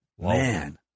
Man